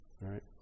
right